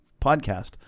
podcast